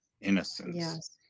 innocence